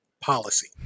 policy